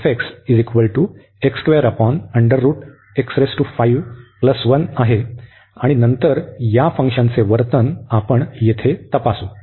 तर आपल्याकडे हे आहे आणि नंतर या फंक्शनचे वर्तन आपण येथे तपासू